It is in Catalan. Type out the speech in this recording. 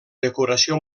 decoració